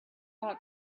ought